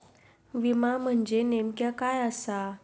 विमा म्हणजे नेमक्या काय आसा?